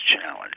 challenge